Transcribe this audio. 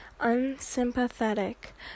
unsympathetic